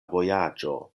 vojaĝo